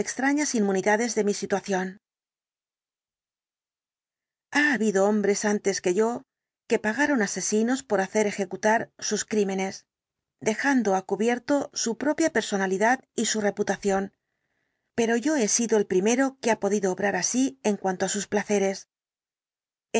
extrañas inmunidades de mi situación ha habido hombres antes que yo que pagaron asesinos para hacer ejecutar sus crímenes dejando á cubierto su propia personalidad y su reputación pero yo he sido el primero que ha podido obrar así en cuanto á sus placeres